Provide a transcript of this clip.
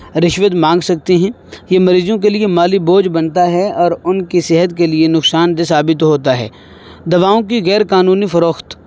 رشوت مانگ سکتے ہیں یہ مریضوں کے لیے مالی بوجھ بنتا ہے اور ان کی صحت کے لیے نقصان دہ ثابت ہوتا ہے دواؤں کی غیر قانونی فروخت